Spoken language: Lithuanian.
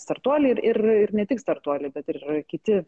startuoliai ir ir ir ne tik startuoliai bet ir kiti